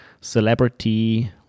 celebrity